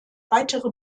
weitere